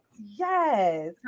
yes